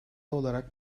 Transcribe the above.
olarak